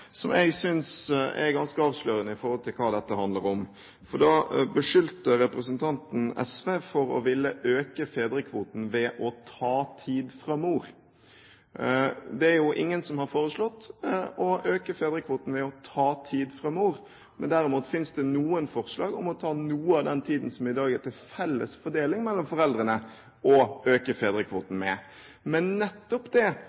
som jeg synes er ganske avslørende med tanke på hva dette handler om. Da beskyldte representanten SV for å ville øke fedrekvoten ved å ta tid fra mor. Det er jo ingen som har foreslått å øke fedrekvoten ved å ta tid fra mor, men derimot finnes det noen forslag om å ta noe av den tiden som i dag er til felles fordeling mellom foreldrene, til å øke fedrekvoten med. Også i denne sal sniker det